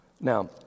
Now